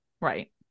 Right